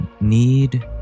need